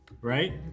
right